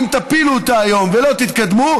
אם תפילו אותה היום ולא תתקדמו,